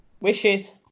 Wishes